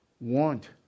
Want